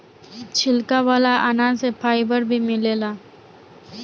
छिलका वाला अनाज से फाइबर भी मिलेला